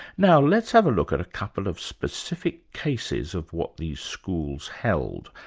now let's have a look at a couple of specific cases of what these schools held,